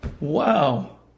wow